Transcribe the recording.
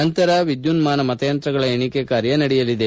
ನಂತರ ವಿದ್ಯುನ್ನಾನ ಮತಯಂತ್ರಗಳ ಎಣಿಕೆ ಕಾರ್ಡ ನಡೆಯಲಿದೆ